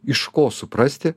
iš ko suprasti